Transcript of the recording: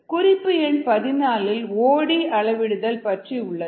குறிப்பு எண்14 இல் ஓ டி அளவிடுதல் பற்றி உள்ளது